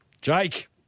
Jake